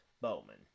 Bowman